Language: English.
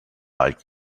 like